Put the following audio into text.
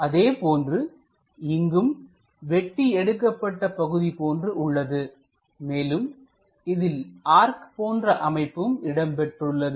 அதேபோன்று இங்கும் வெட்டி எடுக்கப்பட்ட பகுதி போன்று உள்ளது மேலும் இதில் ஆர்க் போன்ற அமைப்பும் இடம்பெற்றுள்ளது